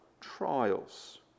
trials